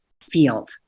field